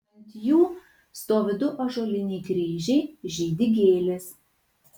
ant jų stovi du ąžuoliniai kryžiai žydi gėlės